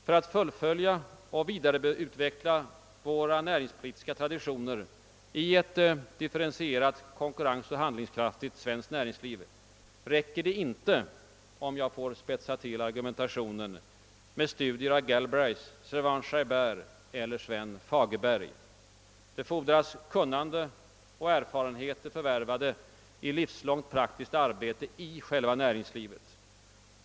För att fullfölja och vidareutveckla våra näringspolitiska traditioner i ett differentierat konkurrensoch = handlingskraftigt svenskt näringsliv räcker det inte — om jag får spetsa till argumentationen — med studier av Galbraith, Servan Schreiber eller Sven Fagerberg; det fordras kunnighet och erfarenheter, förvärvade i ett livslångt praktiskt arbete i själva näringslivet.